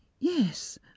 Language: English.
yes